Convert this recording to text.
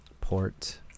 port